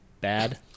bad